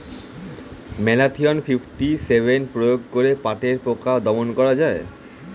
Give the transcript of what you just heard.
Malathion fifty seven প্রয়োগ করে পাটের পোকা দমন করা যায়?